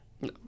No